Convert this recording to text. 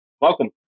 welcome